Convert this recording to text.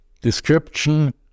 description